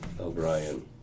O'Brien